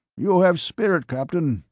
you have spirit, captain.